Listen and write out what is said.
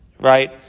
right